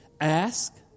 ask